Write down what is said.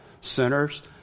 sinners